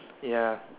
ya